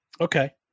Okay